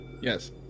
Yes